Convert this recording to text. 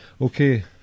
Okay